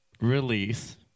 release